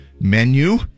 menu